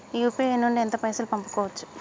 UPI నుండి ఎంత పైసల్ పంపుకోవచ్చు?